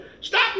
Stop